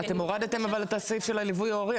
אבל הורדתם את הסעיף של הליווי ההורי.